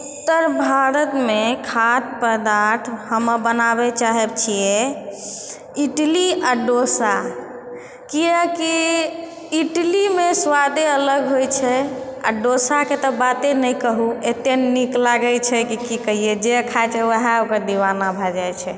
उत्तर भारतमे खाद्य पदार्थ हम बनाबए चाहै छिऐ इडली आ डोसा किआकि इडलीमे स्वादे अलग होइ छै आ डोसाके तऽ बाते नहि कहु अत्ते नीक लागैछै कि कि कहिऐ जे खाए छै ओएह ओकर दीवाना भए जाइ छै